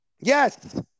Yes